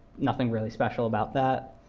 nothing really special about that.